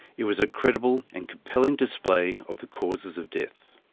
it was a credible and compelling display of the causes of death.